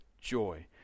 joy